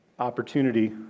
opportunity